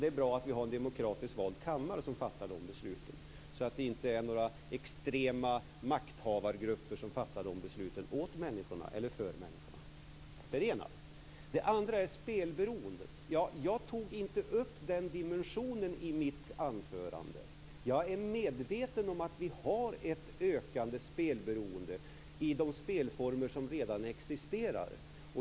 Det är bra att vi har en demokratiskt vald kammare som fattar de besluten så att det inte är några extrema makthavargrupper som fattar de besluten åt människorna eller för människorna. Det är det ena. Det andra är spelberoendet. Jag tog inte upp den dimensionen i mitt anförande. Jag är medveten om att vi har ett ökande spelberoende i de spelformer som redan existerar.